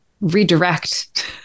redirect